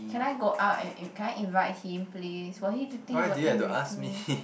can I go out and in can I invite him please will he you think he will eat with me